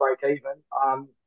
break-even